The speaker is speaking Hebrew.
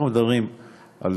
אנחנו מדברים על